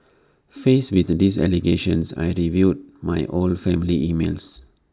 faced with these allegations I reviewed my old family emails